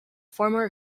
former